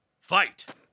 Fight